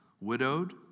widowed